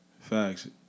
Facts